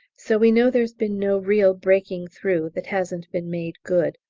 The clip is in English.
so we know there's been no real breaking through that hasn't been made good,